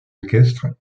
équestre